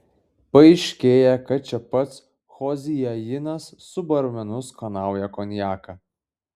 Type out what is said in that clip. paaiškėja kad čia pats choziajinas su barmenu skanauja konjaką